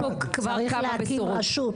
צריך להגיד רשות,